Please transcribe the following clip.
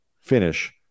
finish